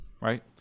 Right